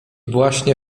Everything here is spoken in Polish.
właśnie